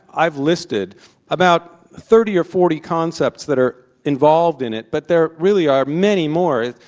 i've listed about thirty or forty concepts that are involved in it, but there really are many more.